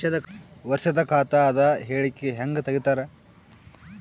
ವರ್ಷದ ಖಾತ ಅದ ಹೇಳಿಕಿ ಹೆಂಗ ತೆಗಿತಾರ?